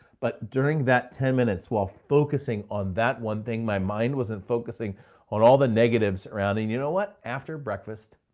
but during that ten minutes, while focusing on that one thing, my mind wasn't focusing on all the negatives around it. and you know what, after breakfast,